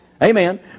amen